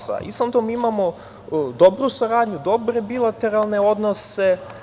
Sa Islandom imamo dobru saradnju, dobre bilateralne odnose.